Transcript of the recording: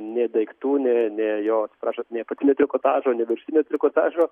nė daiktų nė nė jo atsiprašant nė apatinio trikotažo nė viršutinio trikotažo